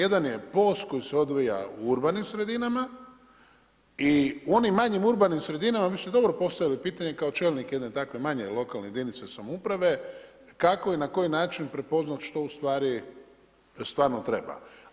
Jedan je POS koji se odvija u urbanim sredinama i u onim manjim urbanim sredinama, vi ste dobro postavili pitanje kao čelnik jedne takve manje lokalne jedinice samouprave, kako i na koji način prepoznati što ustvari stvarno treba.